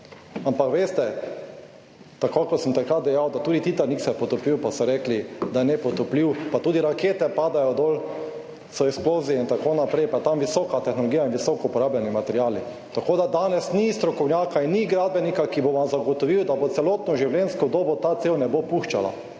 ampak veste, tako kot sem takrat dejal, da tudi Titanik se je potopil, pa so rekli, da je nepotopljiv, pa tudi rakete padajo dol, so eksplozije in tako naprej, pa tam visoka tehnologija in visoko uporabljeni materiali. Tako da danes ni strokovnjaka in ni gradbenika, ki bo vam zagotovil, da bo celotno življenjsko dobo ta cev ne bo puščala,